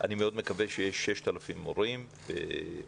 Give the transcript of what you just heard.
אני מאוד מקווה שיש 6,000 מורים ועוד